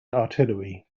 artillery